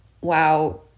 wow